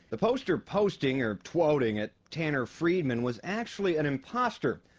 the poster posting or twoting at tanner friedman, was actually an impostor.